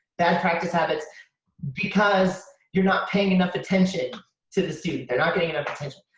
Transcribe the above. bad practice habits because you're not paying enough attention to the student. they're not getting enough attention.